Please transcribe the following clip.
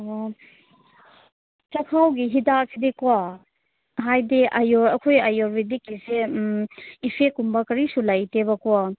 ꯑꯣ ꯆꯐꯨꯒꯤ ꯍꯤꯗꯥꯛꯁꯤꯗꯤꯀꯣ ꯍꯥꯏꯗꯤ ꯑꯩꯈꯣꯏ ꯑꯌꯨꯔꯕꯦꯗꯤꯛꯀꯤꯁꯦ ꯎꯝ ꯏꯐꯦꯛ ꯀꯨꯝꯕ ꯀꯔꯤꯁꯨ ꯂꯩꯇꯦꯕꯀꯣ